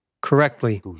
correctly